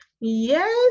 Yes